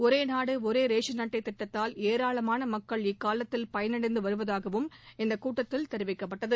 ஒரே நாடு ஒரே ரேஷன் அட்டை திட்டத்தால் ஏராளமான மக்கள் இக்காலத்தில் பயனடைந்து வருவதாகவும் இந்தக் கூட்டத்தில் தெரிவிக்கப்பட்டது